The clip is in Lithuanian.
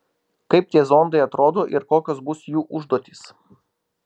kaip tie zondai atrodo ir kokios bus jų užduotys